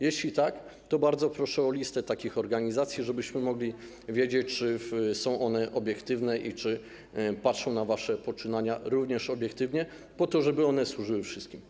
Jeśli tak, to bardzo proszę o listę takich organizacji, żebyśmy mogli wiedzieć, czy są one obiektywne i czy patrzą na wasze poczynania również obiektywnie, po to żeby one służyły wszystkim.